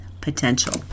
Potential